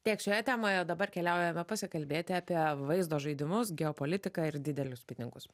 tiek šioje temoje o dabar keliaujame pasikalbėti apie vaizdo žaidimus geopolitiką ir didelius pinigus